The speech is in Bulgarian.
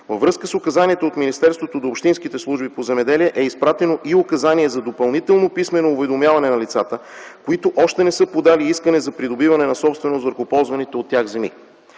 Във връзка с указанието, от министерството до общинските служби по „Земеделие” е изпратено и указание за допълнително писмено уведомяване на лицата, които още не са подали искане за придобиване на собственост върху ползваните от тях земи.